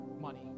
money